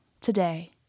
today